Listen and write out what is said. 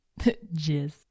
Jizz